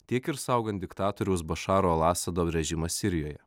tiek ir saugant diktatoriaus bašaro al asado režimą sirijoje